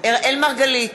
אראל מרגלית,